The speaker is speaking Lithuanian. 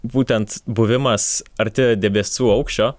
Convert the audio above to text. būtent buvimas arti debesų aukščio